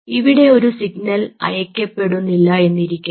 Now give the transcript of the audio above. ഇവിടെ ഒരു സിഗ്നൽ അയക്കപ്പെടുന്നില്ല എന്നിരിക്കട്ടെ